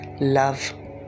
love